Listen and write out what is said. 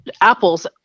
apples